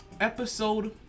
episode